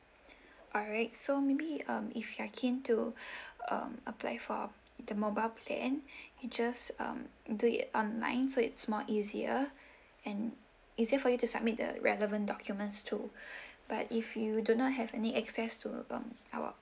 alright so maybe um if you are keen to um apply for the mobile plan you can just um do it online so it's more easier and easier for you to submit the relevant documents too but if you do not have any access to um our